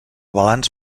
balanç